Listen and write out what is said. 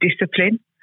discipline